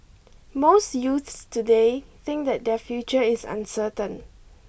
most youths today think that their future is uncertain